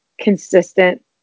consistent